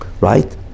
Right